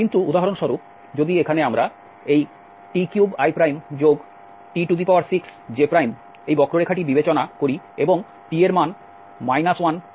কিন্তু উদাহরণস্বরূপ যদি আমরা এখানে এই t3it6j বক্ররেখাটি বিবেচনা এবং t এর মান 11 থেকে পরিবর্তিত হয়